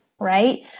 Right